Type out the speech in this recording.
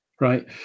right